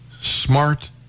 smart